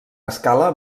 escala